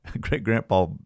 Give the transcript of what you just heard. Great-grandpa